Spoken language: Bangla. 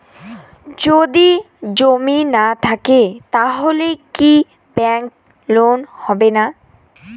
যদি জমি না থাকে তাহলে কি ব্যাংক লোন হবে না?